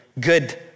good